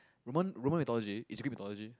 Roman Roman mythology is Greek myhtology